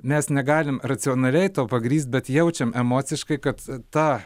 mes negalim racionaliai to pagrįst bet jaučiame emociškai kad ta